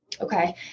Okay